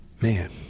Man